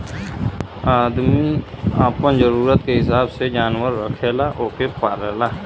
आदमी आपन जरूरत के हिसाब से जानवर रखेला ओके पालेला